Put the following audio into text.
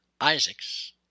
Isaac's